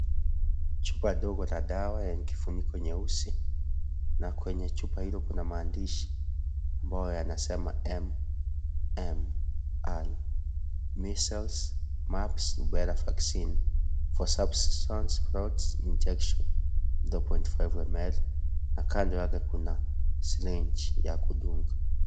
Chupa dogo la dawa lenye kifuniko nyeusi na kwenye chupa hilo kuna maandishi ambayo yanasema (cs)M.M.R Measles, Mumps, Rubella vaccine for subcutaneous injection 0.5ml(cs) na kando yake kuna sirinji ya kudunga.